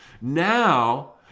Now